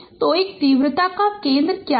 तो एक तीव्रता का केन्द्र क्या है